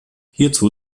hierzu